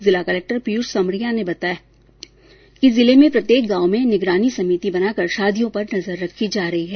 जिला कलेक्टर पीयूष समारिया ने बताया कि जिले के प्रत्येक गांव में निगरानी समिति बनाकर शादियों पर नजर रखी जा रही है